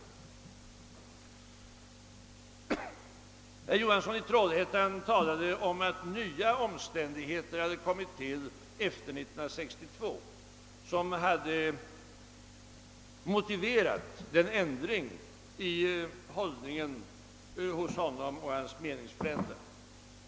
Herr Johansson i Trollhättan talade om att nya omständigheter hade kommit till efter 1962 vilka hade motiverat en ändring i hållningen hos honom och hans meningsfränder.